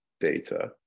data